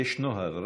יש נוהל.